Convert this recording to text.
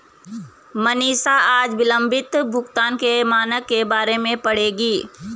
मनीषा आज विलंबित भुगतान के मानक के बारे में पढ़ेगी